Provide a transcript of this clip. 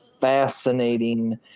fascinating